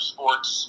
Sports